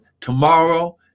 tomorrow